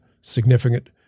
significant